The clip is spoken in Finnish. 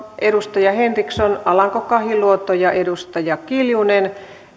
edustaja henriksson edustaja alanko kahiluoto ja edustaja kiljunen